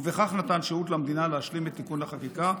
ובכך נתן שהות למדינה להשלים את תיקון החקיקה,